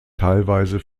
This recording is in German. teilweise